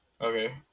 Okay